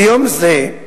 ביום זה,